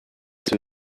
too